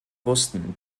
wussten